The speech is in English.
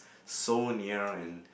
so near and